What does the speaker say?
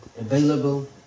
available